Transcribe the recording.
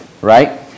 Right